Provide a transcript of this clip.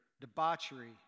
debauchery